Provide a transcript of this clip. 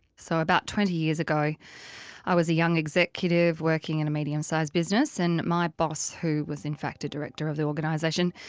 so, about twenty years ago i was a young executive working in a medium-sized business, and my boss, who was in fact a director of the organisation,